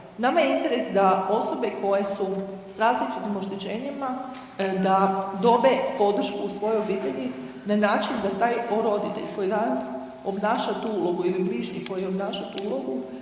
Nama je interes da osobe koje su s različitim oštećenjima da dobe podršku u svojoj obitelji na način da taj roditelj koji danas obnaša tu ulogu ili bližnji koji obnaša tu ulogu